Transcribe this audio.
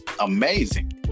amazing